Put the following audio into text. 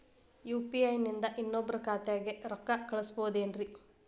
UPI ನಿಂದ ಇನ್ನೊಬ್ರ ಖಾತೆಗೆ ರೊಕ್ಕ ಕಳ್ಸಬಹುದೇನ್ರಿ?